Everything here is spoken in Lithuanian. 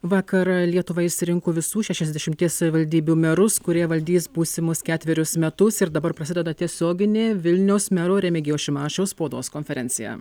vakar lietuva išsirinko visų šešiasdešimties savivaldybių merus kurie valdys būsimus ketverius metus ir dabar prasideda tiesioginė vilniaus mero remigijaus šimašiaus spaudos konferencija